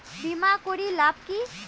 বিমা করির লাভ কি?